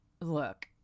look